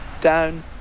down